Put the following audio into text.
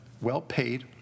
well-paid